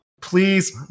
Please